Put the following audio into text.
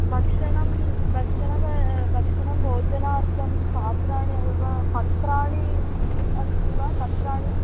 भक्षणं भक्षणं भक्षणं भोजनार्थं पात्राणि अथवा पत्राणि अस्ति वा पत्राणि